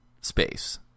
space